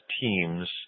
teams